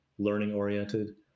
Learning-oriented